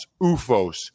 UFOs